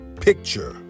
picture